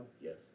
Yes